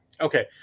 Okay